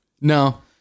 No